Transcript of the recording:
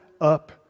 up